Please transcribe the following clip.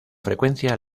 frecuencia